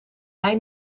mei